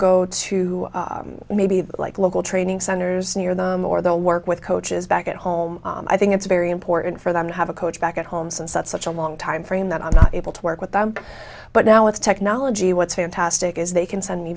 go to maybe like local training centers near them or they'll work with coaches back at home i think it's very important for them to have a coach back at home since that's such a long time frame that i'm not able to work with them but now with technology what's fantastic is they can send me